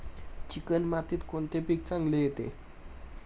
Chicken मातीत कोणते पीक चांगले येते?